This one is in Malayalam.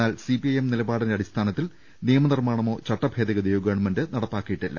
എന്നാൽ സിപിഐഎം നിലപാടിന്റെ അടിസ്ഥാനത്തിൽ നിയമനിർമ്മാണമോ ചട്ടഭേദഗതിയോ ഗവൺമെന്റ നടത്തിയിട്ടില്ല